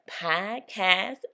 podcast